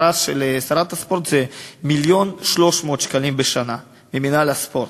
הפרס של שרת הספורט זה 1.3 מיליון שקלים בשנה ממינהל הספורט.